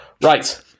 Right